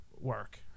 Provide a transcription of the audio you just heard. work